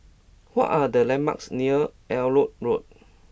what are the landmarks near Elliot Road